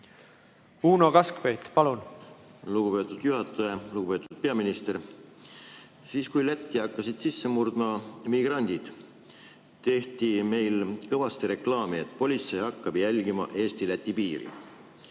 Uno Kaskpeit, palun! Lugupeetud juhataja! Lugupeetud peaminister! Siis kui Lätti hakkasid sisse murdma migrandid, tehti meil kõvasti reklaami, et politsei hakkab jälgima Eesti-Läti piiri.